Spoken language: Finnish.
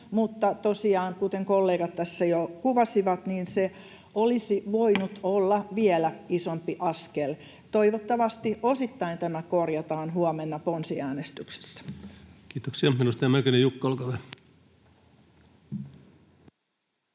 kuten kollegat tässä jo kuvasivat, se olisi voinut olla vielä isompi askel. Toivottavasti osittain tämä korjataan huomenna ponsiäänestyksessä. Kiitoksia. — Edustaja Mäkynen, Jukka, olkaa hyvä.